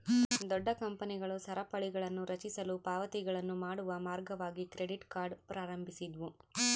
ದೊಡ್ಡ ಕಂಪನಿಗಳು ಸರಪಳಿಗಳನ್ನುರಚಿಸಲು ಪಾವತಿಗಳನ್ನು ಮಾಡುವ ಮಾರ್ಗವಾಗಿ ಕ್ರೆಡಿಟ್ ಕಾರ್ಡ್ ಪ್ರಾರಂಭಿಸಿದ್ವು